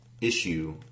issue